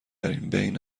بین